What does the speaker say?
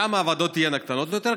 למה הוועדות תהיינה קטנות ביותר?